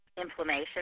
inflammation